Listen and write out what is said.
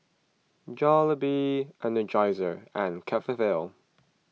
Jollibee Energizer and Cetaphil